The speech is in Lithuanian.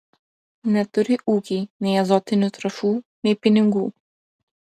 neturi ūkiai nei azotinių trąšų nei pinigų